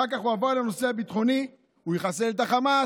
אחר כך הוא עבר לנושא הביטחוני: הוא יחסל את החמאס